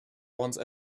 once